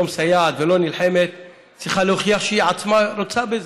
מסייעת ולא נלחמת צריכה להוכיח שהיא עצמה רוצה בזה.